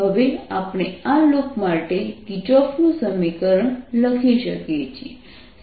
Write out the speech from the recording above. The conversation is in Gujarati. હવે આપણે આ લૂપ માટે કિર્ચોફનું સમીકરણ Kirchhoff's equation લખી શકીએ છીએ